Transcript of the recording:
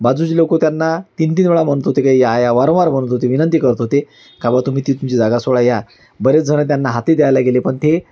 बाजूचे लोक त्यांना तीन तीन वेळा म्हणत होते की या या वारंवार म्हणत होते विनंती करत होते का बा तुम्ही ती तुमची जागा सोडा या बरेचजणं त्यांना हातही द्यायला गेले पण ते